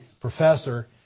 professor